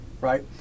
right